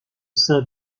sein